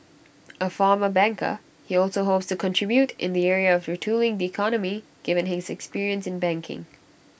A former banker he also hopes to contribute in the area of retooling the economy given his experience in banking